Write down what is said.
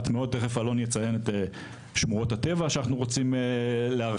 תכף אלון יציין את שמורות הטבע שאנחנו רוצים להרחיב,